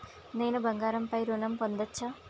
నేను బంగారం పై ఋణం పొందచ్చా?